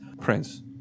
Prince